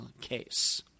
case